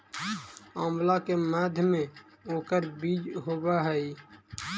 आंवला के मध्य में ओकर बीज होवअ हई